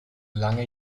lange